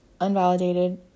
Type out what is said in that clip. unvalidated